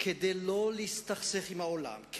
כדי לא להסתכסך עם העולם,